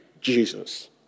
Jesus